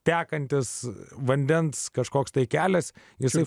tekantis vandens kažkoks tai kelias jisai